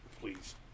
Please